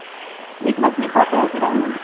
meet मछली खाते है की नहीं